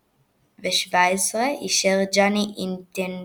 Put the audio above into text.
ספורטיביות או מניפולציות